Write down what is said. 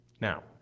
Now